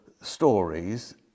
stories